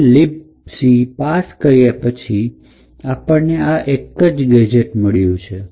આખી libc પાસ કર્યા પછી આપને આ એક જ ગેજેટ મળ્યું છે